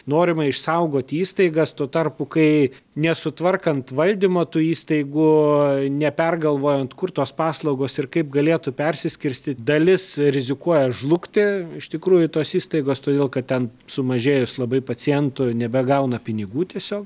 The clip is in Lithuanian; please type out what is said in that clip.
norima išsaugoti įstaigas tuo tarpu kai nesutvarkant valdymo tų įstaigų nepergalvojant kur tos paslaugos ir kaip galėtų persiskirstyt dalis rizikuoja žlugti iš tikrųjų tos įstaigos todėl kad ten sumažėjus labai pacientų nebegauna pinigų tiesiog